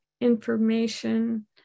information